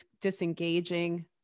disengaging